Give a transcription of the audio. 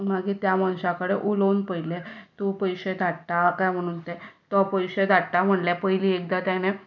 मागीर त्या मनशा कडे उलोवन पयलें तूं पयशे धाडटा काय म्हुणून ते तो पयशे धाडटा म्हणलें पयली एकदां तेणें